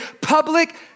public